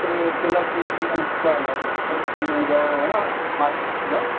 ए त्यसलाई चाहिँ पहिला तिमी जाऊ होइन मार्केटतिर